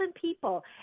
people